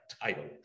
title